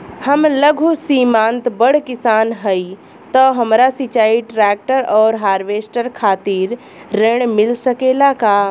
हम लघु सीमांत बड़ किसान हईं त हमरा सिंचाई ट्रेक्टर और हार्वेस्टर खातिर ऋण मिल सकेला का?